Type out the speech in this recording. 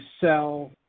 sell